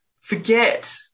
forget